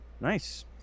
nice